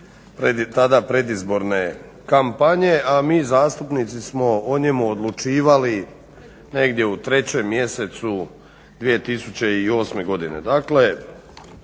tada predizborne kampanje, a mi zastupnici smo o njemu odlučivali negdje u 3. mjesecu 2008. godine.